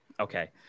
Okay